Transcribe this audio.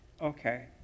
Okay